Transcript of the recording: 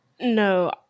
No